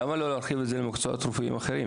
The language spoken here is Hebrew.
למה לא לוקחים את זה למקצועות רפואיים אחרים,